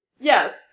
Yes